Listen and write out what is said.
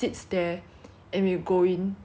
and they help you open the door and help close the door